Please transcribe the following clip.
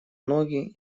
ноги